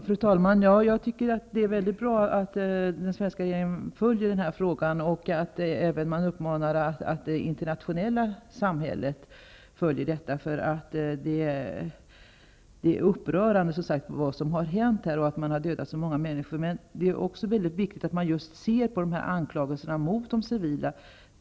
Fru talman! Jag tycker att det är mycket bra att den svenska regeringen följer frågan och att det internationella samfundet uppmanas att göra detsamma. Det är som sagt upprörande att så många människor har dödats. Det är också mycket viktigt att man tar del av anklagelserna mot de civila.